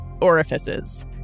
orifices